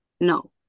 No